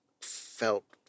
felt